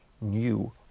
new